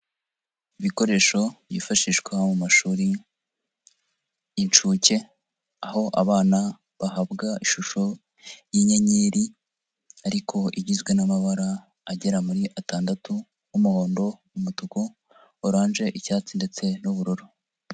Ibikoresho byifashishwa mu mashuri y'incuke, aho abana bahabwa ishusho y'inyenyeri ariko igizwe n'amabara agera muri atandatu nk'umuhondo, umutuku, orange, icyatsi ndetse n'ubururu.